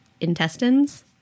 intestines